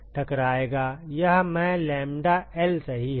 यह मैं lambda L सही है